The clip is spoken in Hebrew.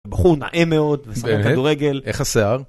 בחור נאה מאוד כדורגל. איך השיער?